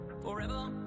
forever